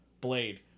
blade